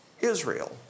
Israel